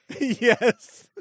Yes